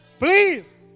Please